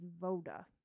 voda